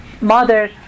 mother